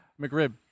McRib